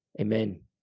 Amen